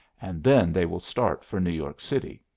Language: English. and then they will start for new york city.